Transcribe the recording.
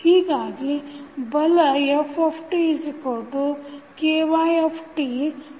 ಹೀಗಾಗಿ ಬಲ ftKytಆಗಿರುತ್ತದೆ